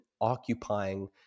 occupying